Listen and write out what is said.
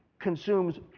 consumes